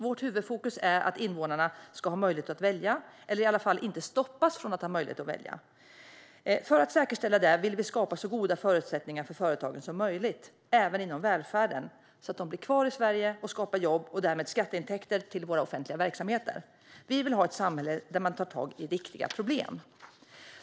Vårt huvudfokus är att invånarna ska ha möjlighet att välja eller i alla fall inte stoppas från att ha möjlighet att välja. För att säkerställa det vill vi skapa så goda förutsättningar för företagen som möjligt, även inom välfärden, så att de blir kvar i Sverige och skapar jobb och därmed skatteintäkter till våra offentliga verksamheter. Vi vill ha ett samhälle där man tar tag i riktiga problem.